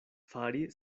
fari